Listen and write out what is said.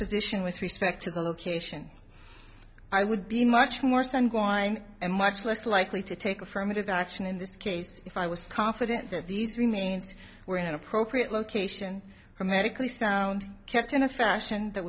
position with respect to the location i would be much more stern going and much less likely to take affirmative action in this case if i was confident that these remains were in an appropriate location or medically sound kept in a fashion that